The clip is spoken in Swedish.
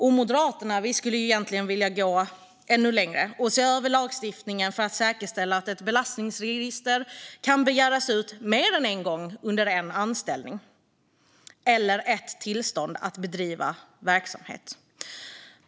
Vi moderater skulle egentligen vilja gå ännu längre och se över lagstiftningen för att säkerställa att utdrag ur belastningsregister kan begäras ut mer än en gång under en anställning eller när man har tillstånd att bedriva verksamhet.